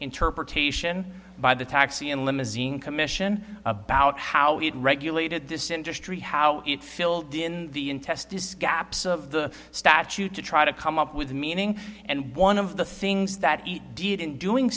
interpretation by the taxi and limousine commission about how it regulated this industry how it filled in the in test this gaps of the statute to try to come up with meaning and one of the things that it did in doing